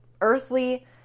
earthly